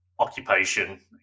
occupation